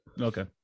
Okay